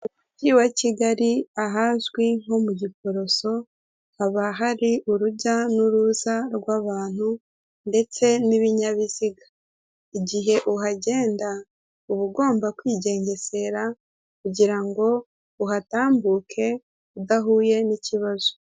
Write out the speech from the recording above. Umujyi wa Kigali ahazwi nko mu Giporoso haba hari urujya n'uruza rw'abantu ndetse n'ibinyabiziga, igihe uhagenda uba ugomba kwigengesera kugirango uhatambuke udahuye n'ikibazo.